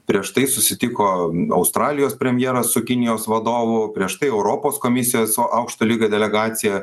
prieš tai susitiko australijos premjeras su kinijos vadovu prieš tai europos komisija su aukšto lygio delegacija